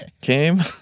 came